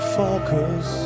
focus